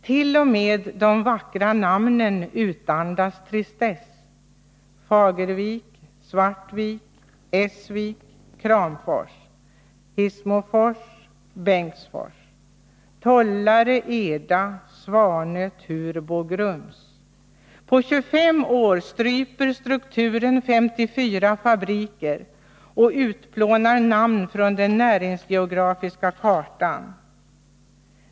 Till och med de vackra namnen utandas tristess. Fagervik, Svartvik, Essvik, Kramfors, På 25 år stryper strukturen 54 fabriker och utplånar namn från den näringsgeografiska kartan.